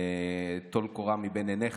וטול קורה מבין עיניך,